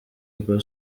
rwa